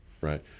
Right